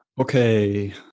Okay